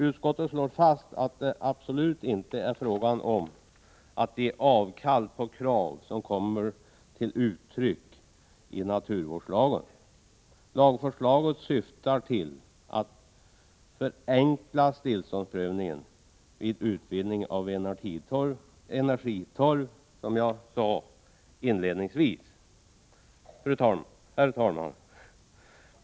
Utskottet slår fast att det absolut inte är fråga om att ge avkall på sådana krav som kommer till uttryck i naturvårdslagen. Lagförslaget syftar till att förenkla tillståndsprövningen vid utvinning av energitorv, som jag sade inledningsvis. Herr talman!